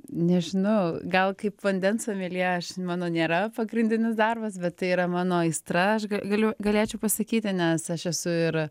nežinau gal kaip vandens someljė aš mano nėra pagrindinis darbas bet tai yra mano aistra aš gal galiu galėčiau pasakyti nes aš esu ir